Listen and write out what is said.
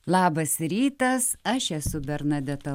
labas rytas aš esu bernadeta